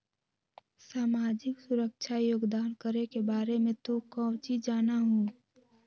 सामाजिक सुरक्षा योगदान करे के बारे में तू काउची जाना हुँ?